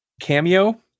cameo